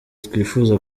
twifuza